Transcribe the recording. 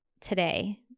today